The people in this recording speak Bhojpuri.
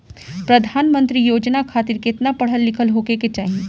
प्रधानमंत्री योजना खातिर केतना पढ़ल होखे के होई?